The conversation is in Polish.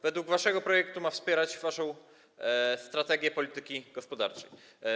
Według waszego projektu ma wspierać waszą strategię polityki gospodarczej.